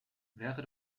wäre